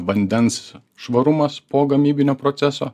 vandens švarumas po gamybinio proceso